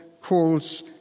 calls